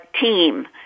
team